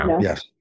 yes